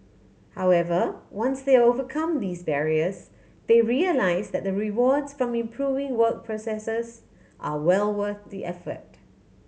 however once they overcome these barriers they realise that the rewards from improving work processes are well worth the effort